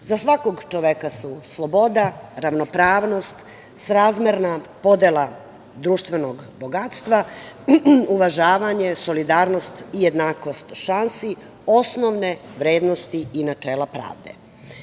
Za svakog čoveka su sloboda, ravnopravnost, srazmerna podela društvenog bogatstva, uvažavanje, solidarnost i jednakost šansi osnovne vrednosti i načela pravde. Budući